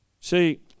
See